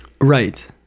right